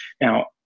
now